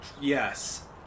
Yes